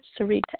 Sarita